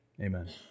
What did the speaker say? Amen